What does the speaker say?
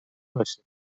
باشه